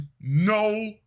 no